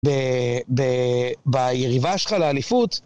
ב... ב... ביריבה ש'ך לאליפות...